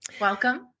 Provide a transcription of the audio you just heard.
welcome